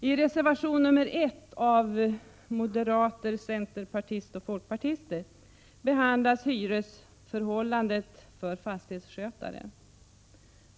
I reservation 1 av moderater, centerpartister och folkpartister behandlas hyresförhållandet för fastighetsskötare.